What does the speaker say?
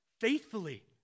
faithfully